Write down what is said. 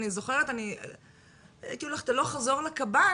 אני זוכרת שאני הייתי הולכת הולך חזור לקב"ן,